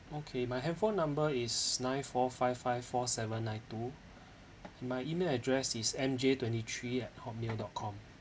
okay my handphone number is nine four five five four seven nine two my email address is M J twenty three at hotmail dot com